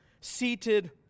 seated